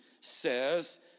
says